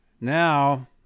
now